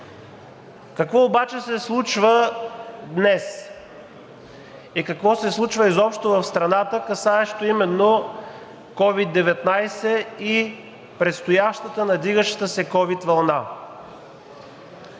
Какво обаче се случва днес и какво се случва изобщо в страната, касаещо именно COVID-19 и предстоящата надигаща се ковид вълна?